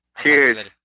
Cheers